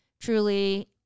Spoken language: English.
truly